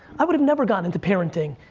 i would've never gotten into parenting,